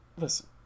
listen